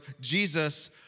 Jesus